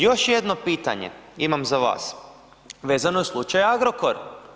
Još jedno pitanje imam za vas vezano u slučaju Agrokor.